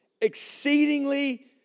exceedingly